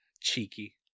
cheeky